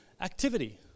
activity